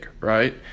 right